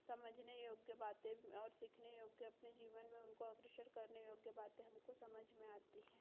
समझने योग्य बातें और सीखने योग्य अपने जीवन में उनको अग्रसर करने योग्य बातें हमको समझ में आती हैं